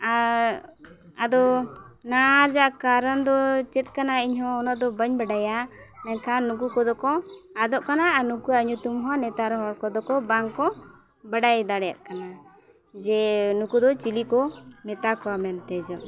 ᱟᱨ ᱟᱫᱚ ᱱᱚᱣᱟ ᱨᱮᱭᱟᱜ ᱠᱟᱨᱚᱱ ᱫᱚ ᱪᱮᱫ ᱠᱟᱱᱟ ᱤᱧ ᱦᱚᱸ ᱩᱱᱟᱹᱜ ᱫᱚ ᱵᱟᱹᱧ ᱵᱟᱲᱟᱭᱟ ᱮᱱᱠᱷᱟᱱ ᱱᱩᱠᱩ ᱠᱚᱫᱚ ᱠᱚ ᱟᱫᱚᱜ ᱠᱟᱱᱟ ᱟᱨ ᱱᱩᱠᱩᱣᱟᱜ ᱧᱩᱛᱩᱢ ᱦᱚᱸ ᱱᱮᱛᱟᱨ ᱦᱚᱲ ᱠᱚᱫᱚ ᱠᱚ ᱵᱟᱝ ᱠᱚ ᱵᱟᱰᱟᱭ ᱫᱟᱲᱮᱭᱟᱜ ᱠᱟᱱᱟ ᱡᱮ ᱱᱩᱠᱩ ᱫᱚ ᱪᱤᱞᱤ ᱠᱚ ᱢᱮᱛᱟ ᱠᱚᱣᱟ ᱢᱮᱱᱛᱮ ᱡᱮ